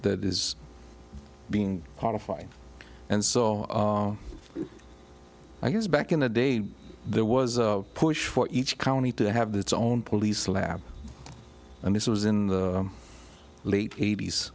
that is being qualified and so i guess back in the day there was a push for each county to have the it's own police lab and this was in the late eight